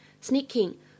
Sneaking